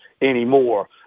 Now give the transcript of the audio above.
anymore